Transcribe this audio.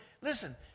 listen